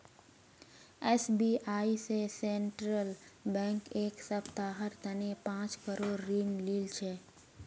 SBI स central bank एक सप्ताहर तने पांच करोड़ ऋण लिल छ